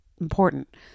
important